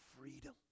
freedom